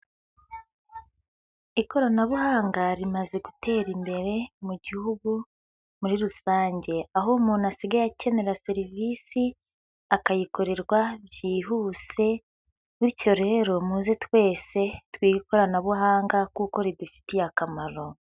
Ikoranabuhanga rimaze gutera imbere mu gihugu muri rusange, aho umuntu asigaye akenera serivisi akayikorerwa byihuse, bityo rero muze twese twige ikoranabuhanga kuko ridufitiye akamaro.